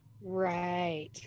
Right